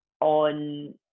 on